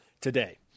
today